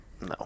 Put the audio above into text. No